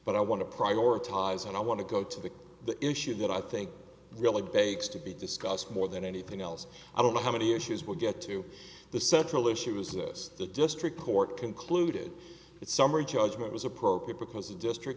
but i want to prioritize and i want to go to the the issue that i think really begs to be discussed more than anything else i don't know how many issues we'll get to the central issue is this the district court concluded that summary judgment was appropriate because the district